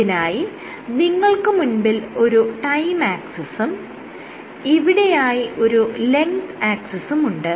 ഇതിനായി നിങ്ങൾക്ക് മുൻപിൽ ഒരു ടൈം ആക്സിസും ഇവിടെയായി ഒരു ലെങ്ത് ആക്സിസും ഉണ്ട്